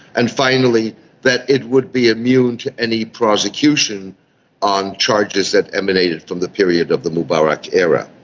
and finally that it would be immune to any prosecution on charges that emanated from the period of the mubarak era.